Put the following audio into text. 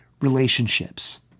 relationships